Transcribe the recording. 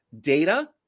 data